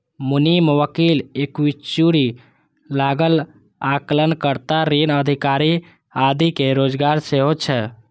मुनीम, वकील, एक्चुअरी, लागत आकलन कर्ता, ऋण अधिकारी आदिक रोजगार सेहो छै